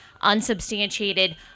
unsubstantiated